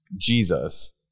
Jesus